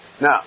now